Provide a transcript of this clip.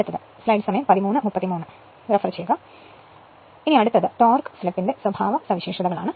അങ്ങനെ അടുത്തത് ടോർക്ക് സ്ലിപ്പ്ന്റെ സ്വഭാവസവിശേഷതകളാണ്